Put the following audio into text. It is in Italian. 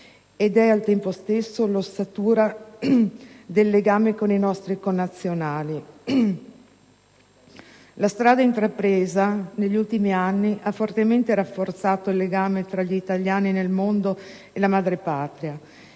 ed è al tempo stesso l'ossatura del legame con i nostri connazionali. La strada intrapresa negli ultimi anni ha fortemente rafforzato il legame tra gli italiani nel mondo e la madrepatria.